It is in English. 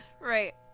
right